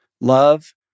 love